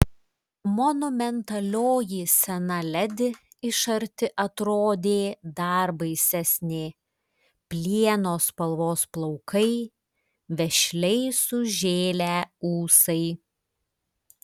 monumentalioji sena ledi iš arti atrodė dar baisesnė plieno spalvos plaukai vešliai sužėlę ūsai